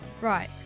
Right